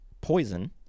poison